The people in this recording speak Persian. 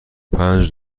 پنج